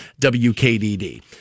WKDD